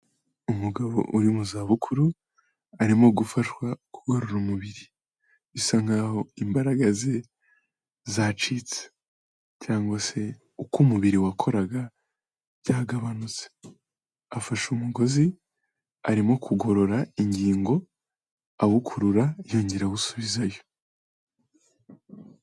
Umugabo uri mu zabukuru, arimo gufashwa kugarura umubiri. bisa nk'aho imbaraga ze zacitse, cyangwa se uko umubiri wakoraga byagabanutse. Afashe umugozi arimo kugorora ingingo, awukurura yongera gusubizayo.